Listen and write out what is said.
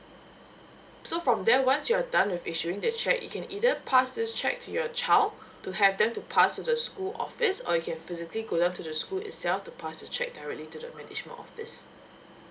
so from there once you're done with issuing the cheque you can either pass this cheque to your child to have them to pass to the school office or you physically g down to the school itself to pass the cheque directly to the management office